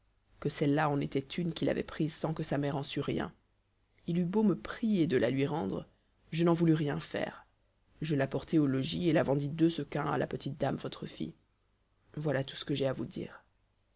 que celle-là en était une qu'il avait prise sans que sa mère en sût rien il eut beau me prier de la lui rendre je n'en voulus rien faire je l'apportai au logis et la vendis deux sequins à la petite dame votre fille voilà tout ce que j'ai à vous dire